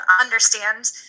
understand